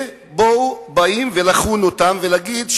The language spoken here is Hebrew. ובאים לחון אותם ולהגיד,